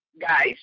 guys